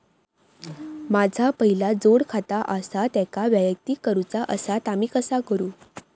माझा पहिला जोडखाता आसा त्याका वैयक्तिक करूचा असा ता मी कसा करू?